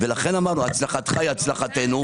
לכן אמרנו הצלחתך היא הצלחתנו.